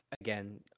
again